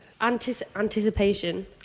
Anticipation